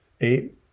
Eight